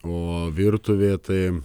o virtuvė tai